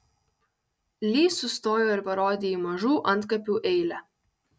li sustojo ir parodė į mažų antkapių eilę